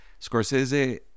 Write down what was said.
Scorsese